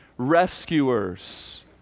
Rescuers